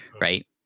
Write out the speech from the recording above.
right